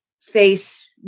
face